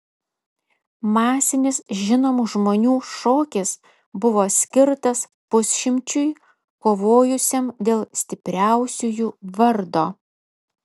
masinis žinomų žmonių šokis buvo skirtas pusšimčiui kovojusiam dėl stipriausiųjų vardo